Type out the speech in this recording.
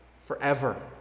forever